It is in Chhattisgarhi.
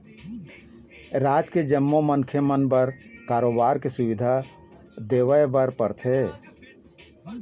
राज के जम्मो मनखे मन बर बरोबर के सुबिधा देवाय बर परथे